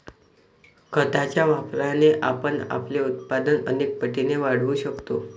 खताच्या वापराने आपण आपले उत्पादन अनेक पटींनी वाढवू शकतो